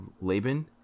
laban